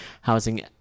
housing